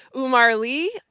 umar lee.